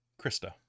Krista